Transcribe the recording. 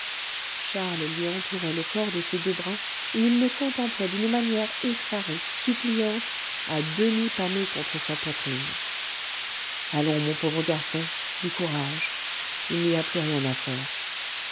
charles lui entourait le corps de ses deux bras et il le contemplait d'une manière effarée suppliante à demi pâmé contre sa poitrine allons mon pauvre garçon du courage il n'y a plus rien à faire